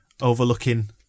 overlooking